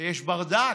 ויש ברדק.